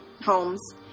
homes